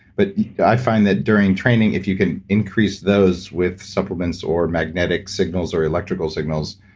but i find that during training, if you can increase those with supplements or magnetic signals or electrical signals,